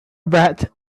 breath